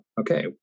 okay